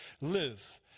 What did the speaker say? live